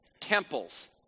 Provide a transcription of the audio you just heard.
temples